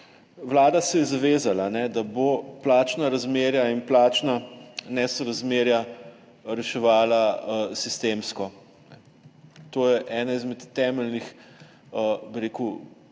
Vlada se je zavezala, da bo plačna razmerja in plačna nesorazmerja reševala sistemsko. To je eno izmed temeljnih vodil